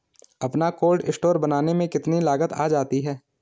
अपना cold store बनाने में कितनी लागत आ जाती है?